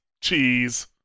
cheese